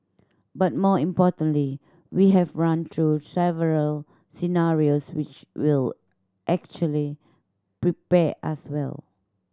but more importantly we have run through several scenarios which will actually prepare us well